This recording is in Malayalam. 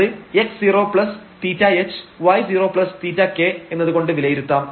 അത് x0θhy0θk എന്നതുകൊണ്ട് വിലയിരുത്താം